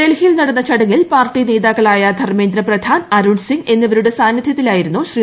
ഡൽഹിയിൽ നടന്ന ചടങ്ങിൽ പാർട്ടി നേതാക്കളായ ധർമ്മേന്ദ്ര പ്രധാൻ അരുൺ സിങ് എന്നിവരുടെ സാന്നിദ്ധ്യത്തിലായിരുന്നു ശ്രീ